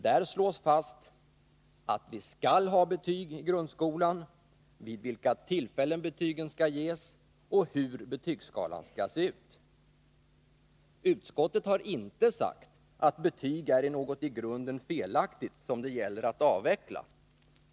Där slås fast att vi skall ha betyg i grundskolan, vid vilka tillfällen betyg skall ges och hur betygsskalan skall se ut. Utskottet har inte sagt att betyg är något i grunden felaktigt som det gäller att avveckla.